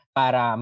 para